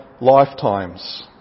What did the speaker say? lifetimes